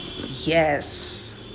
Yes